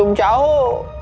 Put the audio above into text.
um go